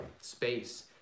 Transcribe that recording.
space